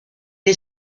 est